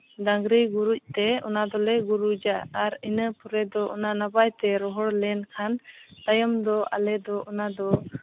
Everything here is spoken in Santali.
ᱰᱟᱝᱨᱤ ᱜᱩᱨᱤᱡ ᱛᱮ ᱚᱱᱟ ᱫᱚᱞᱮ ᱜᱩᱨᱤᱡᱟ ᱟᱨ ᱤᱱᱟᱹ ᱯᱚᱨᱮ ᱫᱚ ᱚᱱᱟ ᱱᱟᱯᱟᱭ ᱛᱮ ᱨᱚᱦᱚᱲ ᱞᱮᱱᱠᱷᱟᱱ ᱛᱟᱭᱚᱢ ᱫᱚ ᱟᱞᱮ ᱫᱚ ᱚᱱᱟ ᱫᱚ